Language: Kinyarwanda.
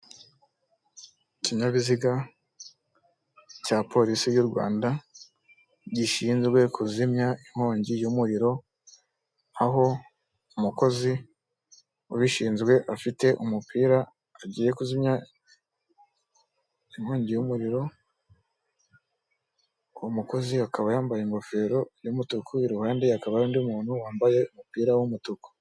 Ikinyabiziga cya polisi y'u Rwanda gishinzwe kuzimya inkongi y'umuriro, aho umukozi ubishinzwe afite umupira agiye kuzimya inkongi y'umuriro, uwo mukozi akaba yambaye ingofero y'umutuku, iruhande hakaba ari undi muntu wambaye umupira w'umutuku.